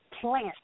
plant